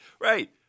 Right